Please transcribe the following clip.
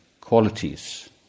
qualities